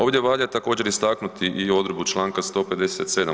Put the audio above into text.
Ovdje valja također istaknuti i odredbu čl. 157.